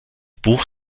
buch